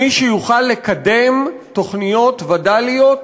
מי שיוכל לקדם תוכניות וד"ליות